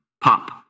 Pop